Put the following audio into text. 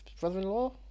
brother-in-law